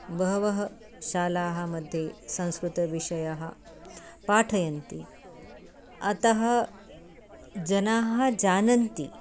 बहवः शालामध्ये संस्कृतविषयं पाठयन्ति अतः जनाः जानन्ति